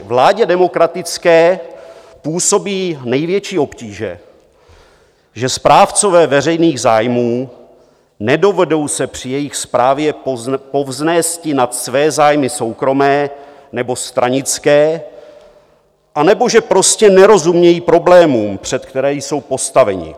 Vládě demokratické působí největší obtíže, že správcové veřejných zájmů nedovedou se při jejich správě povznésti nad své zájmy soukromé nebo stranické, anebo že prostě nerozumějí problémům, před které jsou postaveni.